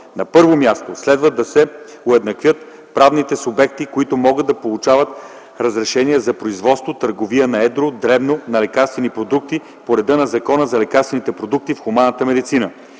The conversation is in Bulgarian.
На първо място, следва да се уеднаквят правните субекти, които могат да получават разрешения за производство, търговия на едро и дребно на лекарствени продукти по реда на Закона за лекарствените продукти в хуманната медицина,